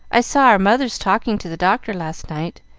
i saw our mothers talking to the doctor last night,